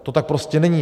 To tak prostě není.